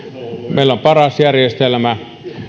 meillä on paras järjestelmä